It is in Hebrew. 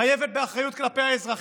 חייבים באחריות כלפי האזרחים.